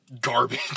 Garbage